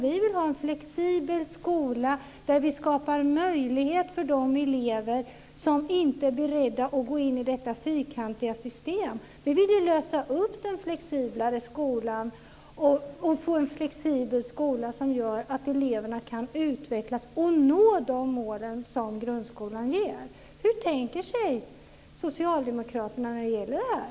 Vi vill ha en flexibel skola där vi skapar möjlighet för de elever som inte är beredda att gå in i detta fyrkantiga system. Vi vill ju lösa upp fyrkantigheten och få en flexibel skola som gör att eleverna kan utvecklas och nå de mål som grundskolan ger. Hur tänker sig socialdemokraterna när det gäller det här?